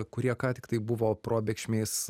kurie ką tiktai buvo probėgšmiais